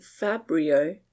Fabrio